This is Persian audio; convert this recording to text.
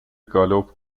گالوپ